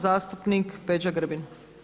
Zastupnik Peđa Grbin.